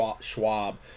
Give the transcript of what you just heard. Schwab